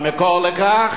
המקור לכך